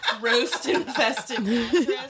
roast-infested